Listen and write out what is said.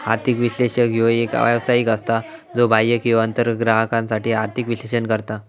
आर्थिक विश्लेषक ह्यो एक व्यावसायिक असता, ज्यो बाह्य किंवा अंतर्गत ग्राहकांसाठी आर्थिक विश्लेषण करता